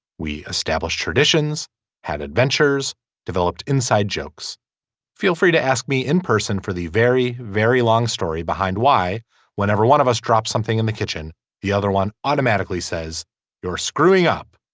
we established traditions had adventures developed inside jokes feel free to ask me in person person for the very very long story behind why whenever one of us dropped something in the kitchen the other one automatically says your screwing up